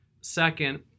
Second